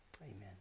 Amen